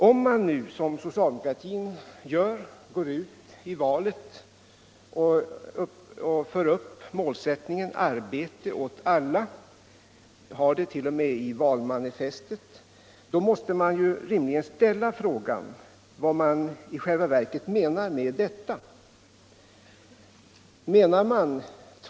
Om man nu, som socialdemokratin gör, går ut i valet med målsättningen Arbete åt alla — man har den t.o.m. i valmanifestet — måste rimligen den frågan ställas, vad man i själva verket menar med detta.